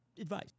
advice